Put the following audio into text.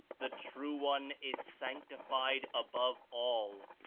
the true one is sanctified above all,